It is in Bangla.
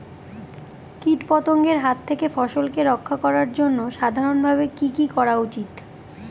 কীটপতঙ্গের হাত থেকে ফসলকে রক্ষা করার জন্য সাধারণভাবে কি কি করা উচিৎ?